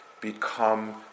become